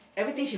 I think